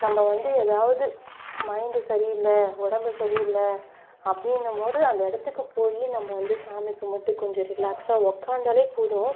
நம்ம வந்து ஏதாவது மைண்ட்டு சரியில்லை உடம்பு சரியில்ல அப்படின்னும் போது அந்த இடத்துக்கு போய் நம்ம வந்து சாமி கும்பிட்டு கொஞ்சம் ரிலாக்ஸாக உக்காந்தாலே போதும்